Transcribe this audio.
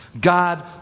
God